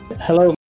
Hello